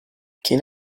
can